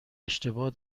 اشتباه